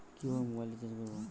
কিভাবে mobile recharge করব?